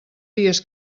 dies